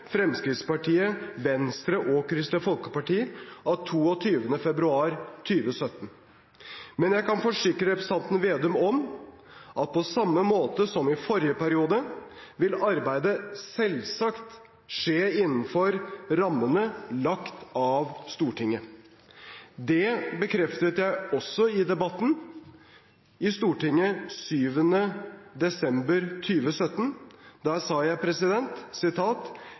Fremskrittspartiet, Venstre og Kristelig Folkeparti av 22. februar 2017. Men jeg kan forsikre representanten Slagsvold Vedum om at på samme måte som i forrige periode vil arbeidet selvsagt skje innenfor rammene lagt av Stortinget. Det bekreftet jeg også i debatten i Stortinget 7. desember 2017. Da sa jeg: